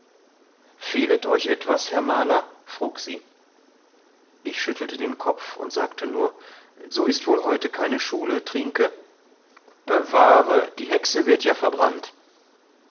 fehler euch etwas herr maler frug sie ich schüttelte den kopf und sagte nur so ist wohl heute keine schule trienke bewahre die hexe wird ja verbrannt